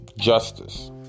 justice